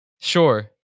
Sure